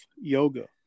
yoga